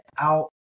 out